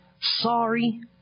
sorry